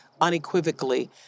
unequivocally